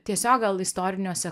tiesiog gal istoriniuose